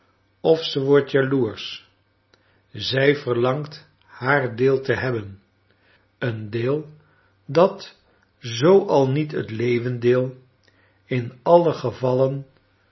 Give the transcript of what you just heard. of ze wordt jaloersch zij verlangt haar deel te hebben een deel dat zoo al niet het leeuwendeel in alien gevalle